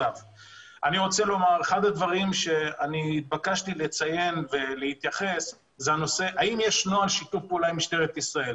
אני התבקשתי להתייחס לשאלה האם יש נוהל שיתוף פעולה עם משטרת ישראל.